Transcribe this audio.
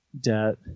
debt